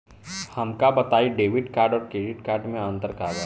हमका बताई debit card और क्रेडिट कार्ड में का अंतर बा?